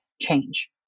change